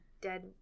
dead